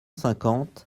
cinquante